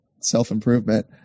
self-improvement